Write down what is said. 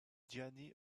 gianni